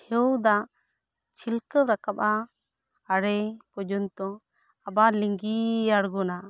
ᱰᱷᱮᱣ ᱫᱟᱜ ᱪᱷᱤᱞᱠᱟᱹᱣ ᱨᱟᱠᱟᱵᱽ ᱟ ᱟᱲᱮ ᱯᱚᱨᱡᱚᱱᱛᱚ ᱟᱵᱟᱨ ᱞᱤᱸᱜᱤ ᱟᱸᱲᱜᱚᱱᱟ